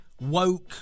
woke